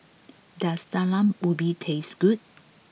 does talam ubi taste good